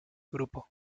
grupo